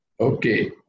okay